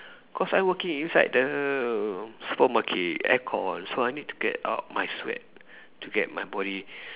cause I working inside the supermarket aircon so I need to get out my sweat to get my body